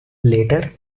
later